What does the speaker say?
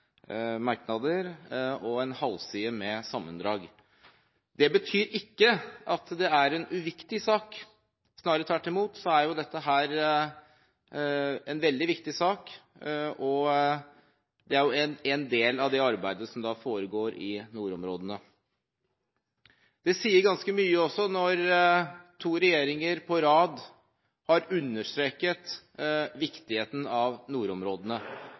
merknader og en halv side med sammendrag. Det betyr ikke at det er en uviktig sak – snarere tvert imot. Dette er en veldig viktig sak, og det er jo en del av det arbeidet som foregår i nordområdene. Det sier også ganske mye når to regjeringer på rad har understreket viktigheten av nordområdene.